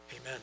amen